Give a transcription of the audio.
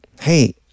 hey